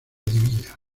divina